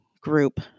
group